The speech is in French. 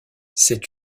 cette